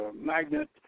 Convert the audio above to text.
magnet